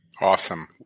Awesome